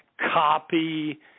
copy